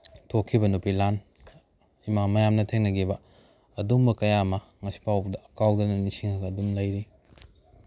ꯊꯣꯛꯈꯤꯕ ꯅꯨꯄꯤ ꯂꯥꯟ ꯏꯃꯥ ꯃꯌꯥꯝꯅ ꯊꯦꯡꯅꯈꯤꯕ ꯑꯗꯨꯝꯕ ꯀꯌꯥ ꯑꯃ ꯉꯁꯤ ꯐꯥꯎꯕꯗ ꯀꯥꯎꯗꯅ ꯅꯤꯡꯁꯤꯡꯉꯒ ꯑꯗꯨꯝ ꯂꯩꯔꯤ